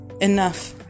enough